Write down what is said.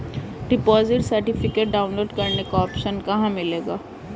Deposit certificate download करने का option कहां मिलेगा?